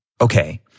Okay